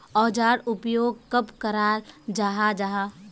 औजार उपयोग कब कराल जाहा जाहा?